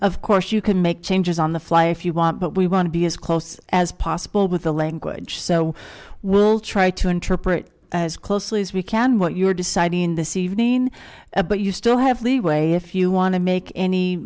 of course you can make changes on the fly if you want but we want to be as close as possible with the language so we'll try to interpret as closely as we can what you're deciding this evening but you still have leeway if you want to make any